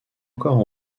encore